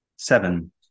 Seven